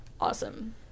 Awesome